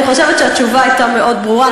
אני חושבת שהתשובה הייתה מאוד ברורה,